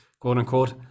quote-unquote